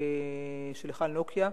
של "היכל נוקיה"